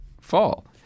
fall